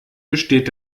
besteht